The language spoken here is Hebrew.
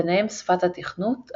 ביניהם שפת התכנות,